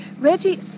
Reggie